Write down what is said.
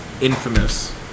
Infamous